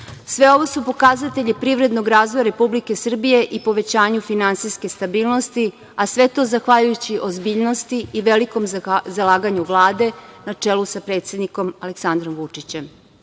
ovo su pokazatelji privrednog razvoja Republike Srbije i povećanje finansijske stabilnosti, a sve to zahvaljujući ozbiljnosti i velikom zalaganju Vlade na čelu sa predsednikom Aleksandrom Vučićem. Čestitam